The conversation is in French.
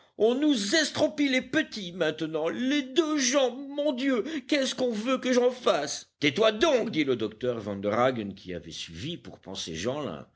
on nous estropie les petits maintenant les deux jambes mon dieu qu'est-ce qu'on veut que j'en fasse tais-toi donc dit le docteur vanderhaghen qui avait suivi pour